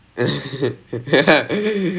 சொல்லிக்கொடுங்கே:sollikkodungae